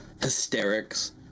hysterics